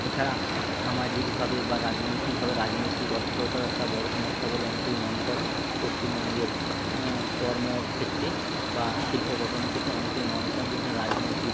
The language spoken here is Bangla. এছাড়া সামাজিকভাবে বা রাজনৈতিকভাবে রাজনৈতিক অস্থিরতাও একটা বড়ো সমস্যা বলে অনেকেই মনে করেন পশ্চিমবঙ্গের কর্মর ক্ষেত্রে বা শিল্প গঠনের ক্ষেত্রে অনেকেই মনে করেন যে এখানে রাজনৈতিক